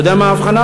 אתה יודע מה ההבחנה?